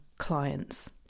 clients